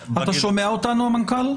אתה שומע אותנו, המנכ"ל?